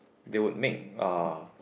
they would make uh